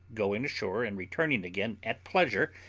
going ashore and returning again at pleasure,